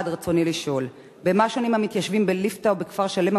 רצוני לשאול: במה שונים המתיישבים בליפתא ובכפר-שלם,